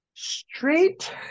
straight